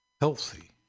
healthy